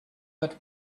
that